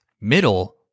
middle